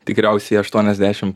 tikriausiai aštuoniasdešim